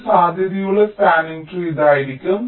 ഒരു സാധ്യതയുള്ള spanning tree ഇതായിരിക്കാം